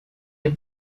him